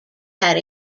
had